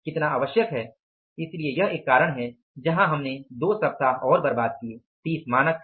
कितना आवश्यक है इसलिए यह एक कारण है जहां हमने दो सप्ताह और बर्बाद किए 30 मानक था